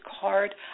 card